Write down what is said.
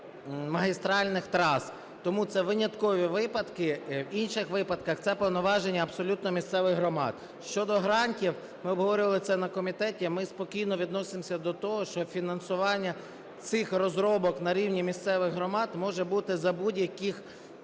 магістральних трас. Тому це виняткові випадки. В інших випадках це повноваження абсолютно місцевих громад. Щодо грантів. Ми обговорювали це на комітеті. Ми спокійно відносимося до того, що фінансування цих розробок на рівні місцевих громад може бути за будь-яких коштів,